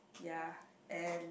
ya and